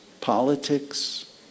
politics